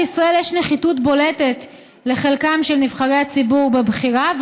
בישראל יש נחיתות בולטת לחלקם של נבחרי הציבור בבחירה,